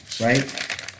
right